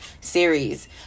series